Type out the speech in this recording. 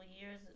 years